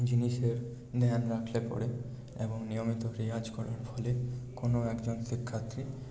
জিনিসের মেয়াদ রাখলে পরে এবং নিয়মিত রেওয়াজ করার ফলে কোনও একজন শিক্ষার্থী